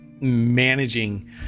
managing